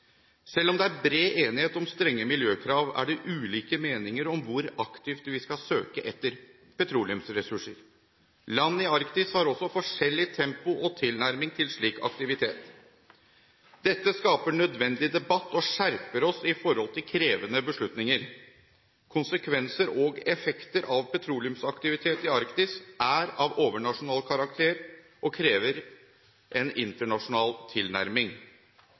Selv om det er bred enighet om strenge miljøkrav, er det ulike meninger om hvor aktivt vi skal søke etter petroleumsressurser. Land i Arktis har også forskjellig tempo og tilnærming til slik aktivitet. Dette skaper nødvendig debatt og skjerper oss i forhold til krevende beslutninger. Konsekvenser og effekter av petroleumsaktivitet i Arktis er av overnasjonal karakter og krever en internasjonal tilnærming.